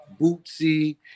Bootsy